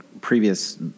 previous